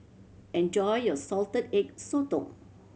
enjoy your Salted Egg Sotong